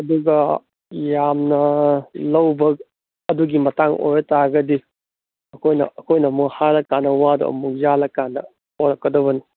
ꯑꯗꯨꯒ ꯌꯥꯝꯅ ꯂꯧꯕ ꯑꯗꯨꯒꯤ ꯃꯇꯥꯡ ꯑꯣꯏꯇꯥꯔꯒꯗꯤ ꯑꯩꯈꯣꯏꯅ ꯑꯃꯨꯛ ꯍꯥꯏꯔꯀꯥꯟꯗ ꯋꯥꯗꯣ ꯑꯃꯨꯛ ꯌꯥꯜꯂꯀꯥꯟꯗ ꯄꯣꯔꯛꯀꯗꯧꯕꯅꯦ